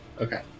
Okay